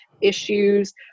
issues